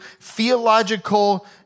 theological